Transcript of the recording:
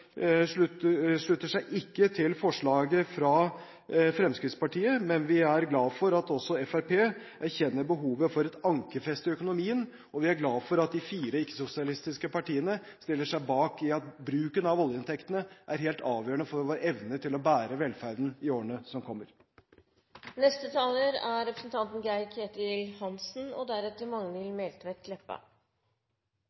slutter seg ikke til forslaget fra Fremskrittspartiet, men vi er glade for at også Fremskrittspartiet erkjenner behovet for et ankerfeste i økonomien. Vi er glade for at de fire ikke-sosialistiske partiene stiller seg bak at bruken av oljeinntekten er helt avgjørende for vår evne til å bære velferden i årene som kommer.